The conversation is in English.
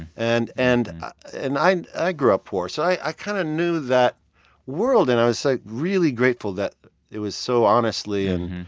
and and and i i grew up poor, so i kind of knew that world. and i was, like, really grateful that it was so honestly and